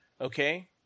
Okay